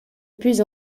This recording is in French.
plus